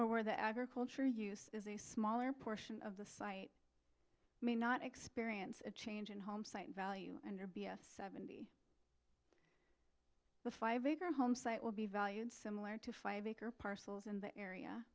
or where the agriculture use is a smaller portion of the site may not experience a change in home site value and or b s seventy five acre home site will be valued similar to five acre parcels in the area